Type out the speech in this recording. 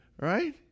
right